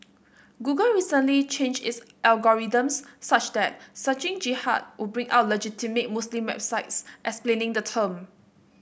Google recently changed its algorithms such that searching Jihad would bring up legitimate Muslim websites explaining the term